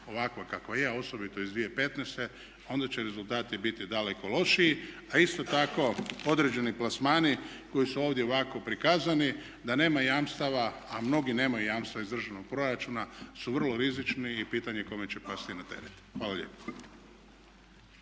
ovakva kakva je, a osobito iz 2015.onda će rezultati biti daleko lošiji a isto tako određeni plasmani koji su ovdje ovako prikazani da nema jamstava, a mnogi nemaju jamstava iz državnog proračuna su vrlo rizični i pitanje je kome će pasti na teret. Hvala lijepo.